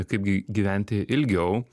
kaip gi gyventi ilgiau